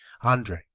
Andre